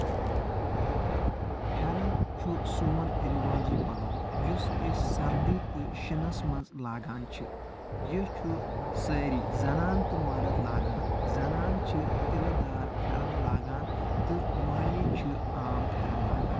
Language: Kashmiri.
پھیٚرن چھُ سون رِوٲجی پلو یُس أسۍ سردی تہٕ شیٖنَس منٛز لاگان چھِ یہِ چھُ سٲری زنان تہٕ مَرٕد لاگان زنان چھِ تِلہٕ دار پھیٚرن لاگان تہٕ مہنی چھِ عام پھیٚرن لاگان